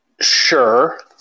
Sure